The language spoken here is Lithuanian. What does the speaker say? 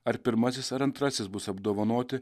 ar pirmasis ar antrasis bus apdovanoti